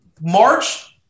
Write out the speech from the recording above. March